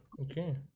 Okay